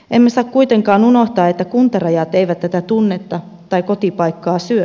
emme saa kuitenkaan unohtaa että kuntarajat eivät tätä tunnetta tai kotipaikkaa syö